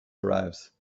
arrives